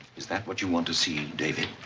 is that what you want to see, david?